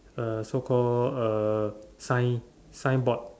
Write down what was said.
uh the so called uh sign signboard